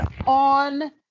on